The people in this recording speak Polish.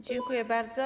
Dziękuję bardzo.